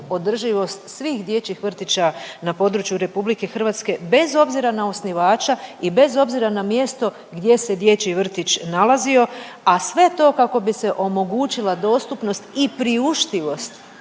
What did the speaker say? održivost svih dječjih vrtića na području RH bez obzira na osnivača i bez obzira na mjesto gdje se dječji vrtić nalazi, a sve to kako bi se omogućila dostupnost i priuštivost,